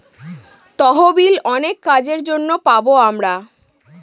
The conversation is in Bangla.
তহবিল অনেক কাজের জন্য পাবো আমরা